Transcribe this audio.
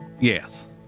Yes